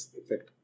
effect